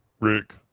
Rick